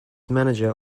manager